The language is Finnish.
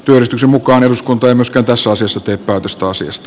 työjärjestyksen mukaan eduskunta ei tee päätöstä asiasta